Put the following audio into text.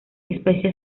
especie